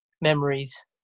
memories